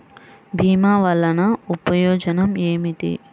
భీమ వల్లన ప్రయోజనం ఏమిటి?